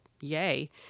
yay